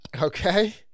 Okay